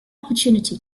opportunity